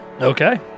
Okay